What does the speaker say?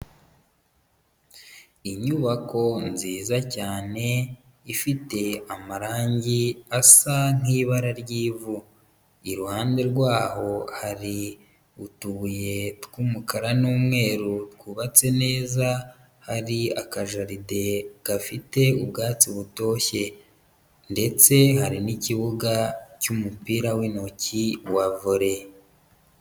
Inyubako nziza cyane ifite amarangi asa nk'ibara ry'ivu. Iruhande rwaho hari utubuye tw'umukara n'umweru twubatse neza, hari akajaride gafite ubwatsi butoshye ndetse hari n'ikibuga cy'umupira w'intoki wa volley.